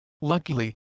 Luckily